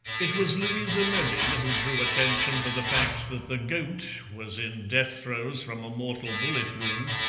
it was louisa mebbin who drew attention to the fact that the goat was in death-throes from a mortal bullet-wound,